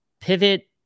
pivot